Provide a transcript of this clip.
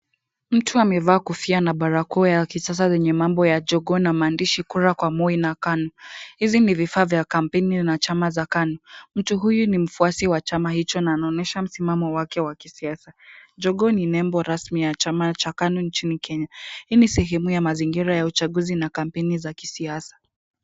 Mtu amevaa kofia na barakoa ya kisasa yenye mambo ya Jogoo na maandishi kura kwa Moi na KANU. Hizi ni vifaa vya kampeni na chama za KANU. Mtu huyu ni mfuasi wa chama hicho na anaonyesha msimamo wake wa kisiasa. Jogoo ni nembo rasmi ya chama cha KANU nchini kenya. Hii ni sehemu ya mazingira ya uchaguzi na kampeni za kisiasa.